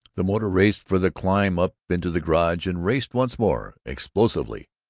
the motor raced for the climb up into the garage and raced once more, explosively,